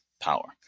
power